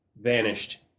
vanished